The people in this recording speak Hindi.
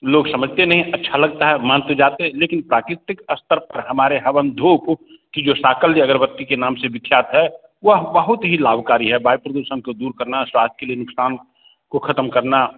लोग समझते नहीं अच्छा लगता है मान तो जाते हैं लेकिन प्राकृतिक स्तर पर हमारे हवन धूप कि जो साकल जो अगरबत्ती के नाम से विख्यात है वह बहुत ही लाभकारी है वायु प्रदूषण को दूर करना स्वास्थ्य के लिए नुक़सान को ख़त्म करना